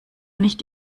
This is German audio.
nicht